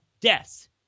deaths